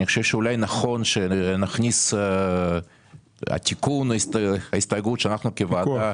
אני חושב שאולי נכון שנכניס התיקון ההסתייגות שאנחנו כוועדה